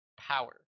power